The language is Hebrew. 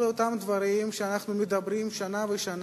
כל אותם דברים שאנחנו מדברים עליהם מדי שנה בשנה